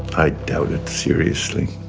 i doubt it seriously.